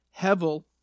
hevel